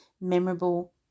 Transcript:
memorable